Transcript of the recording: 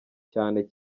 cyane